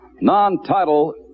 non-title